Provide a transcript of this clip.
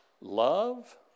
love